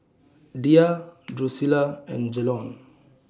Diya Drusilla and Jalon